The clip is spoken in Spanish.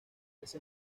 ese